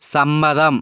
സമ്മതം